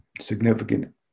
significant